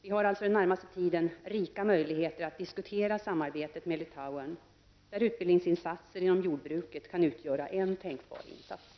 Vi har alltså den närmaste tiden rika möjligheter att diskutera samarbetet med Litauen där utbildningsinsatser inom jordbruket kan utgöra en tänkbar insats.